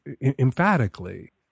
emphatically